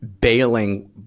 bailing